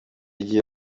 gihe